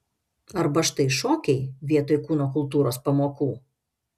arba štai šokiai vietoj kūno kultūros pamokų